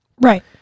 Right